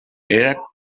era